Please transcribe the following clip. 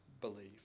believe